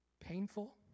painful